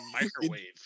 microwave